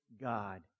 God